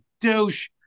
douche